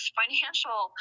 financial